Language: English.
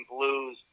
Blues